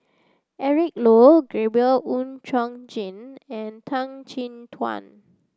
Eric Low Gabriel Oon Chong Jin and Tan Chin Tuan